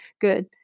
Good